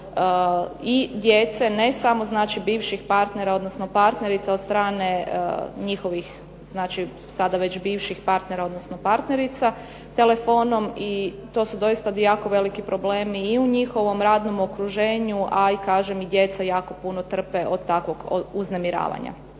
i djece, ne samo znači bivših partnera, odnosno partnerica od strane njihovih sada već bivših partnera, odnosno partnerica telefonom i to su doista jako veliki problemi i u njihovom radnom okruženju, a i kažem i djeca jako puno trpe od takvog uznemiravanja.